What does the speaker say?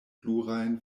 plurajn